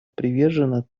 привержена